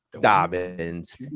Dobbins